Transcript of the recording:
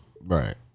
Right